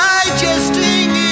Digesting